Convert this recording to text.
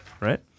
right